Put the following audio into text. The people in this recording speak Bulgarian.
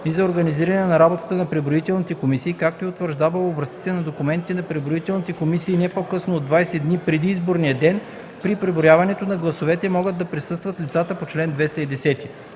и за организиране на работата на преброителните комисии, както и утвърждава образците на документите на преброителните комисии не по-късно от 20 дни преди изборния ден; при преброяването на гласовете могат да присъстват лицата по чл. 210;